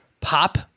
pop